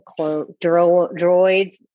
Droids